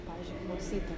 pavyzdžiui klausyti